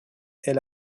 est